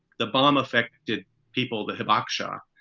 the bomb affected people, the havok shah.